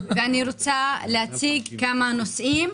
אני רוצה להציג כמה נושאים,